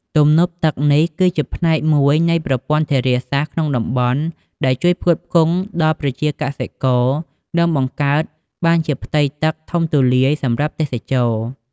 ទំនប់ទឹកនេះ គឺជាផ្នែកមួយនៃប្រព័ន្ធធារាសាស្ត្រក្នុងតំបន់ ដែលជួយផ្គត់ផ្គង់ទឹកដល់ប្រជាកសិករ និងបង្កើតបានជាផ្ទៃទឹកធំទូលាយសម្រាប់ទេសចរណ៍។